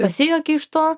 pasijuoki iš to